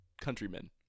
countrymen